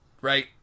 right